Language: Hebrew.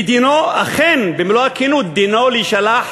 ודינו אכן, במלוא הכנות, להישלח